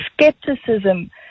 skepticism